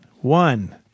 One